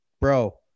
bro